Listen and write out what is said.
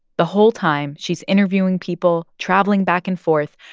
the whole time, she's interviewing people, traveling back and forth,